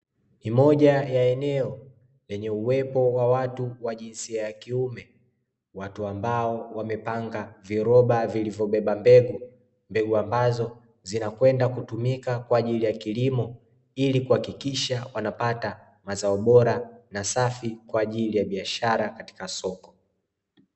Ni moja ya eneo lenye uwepo wa watu wa jinsia ya kiume, watu ambao wamepanga viroba vilivyobeba mbegu. Mbegu ambazo zinakwenda kutumika kwa ajili ya kilimo, ili kuhakikisha wanapata mazao bora na safi kwa ajili ya biashara katika soko.